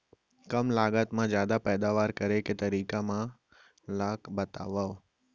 कम लागत मा जादा पैदावार करे के तरीका मन ला बतावव?